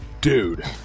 dude